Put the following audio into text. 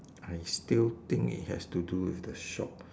I still think it has to do with the shop